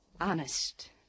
Honest